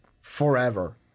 forever